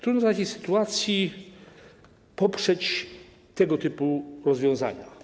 Trudno w takiej sytuacji poprzeć tego typu rozwiązania.